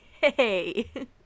Hey